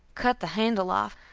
cut the handle off,